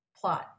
plot